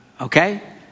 okay